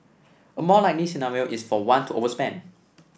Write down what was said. a more likely scenario is for one to overspend